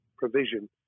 provision